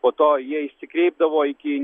po to jie išsikreipdavo iki